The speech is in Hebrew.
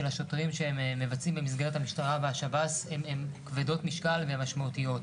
השוטרים שהם מבצעים במסגרת המשטרה והשב"ס הן כבדות משקל ומשמעותיות.